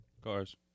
Cars